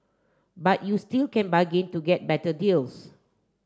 but you still can bargain to get better deals